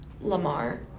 Lamar